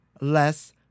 less